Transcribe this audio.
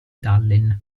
tallinn